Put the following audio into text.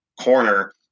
corner